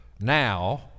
Now